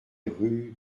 rue